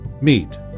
meet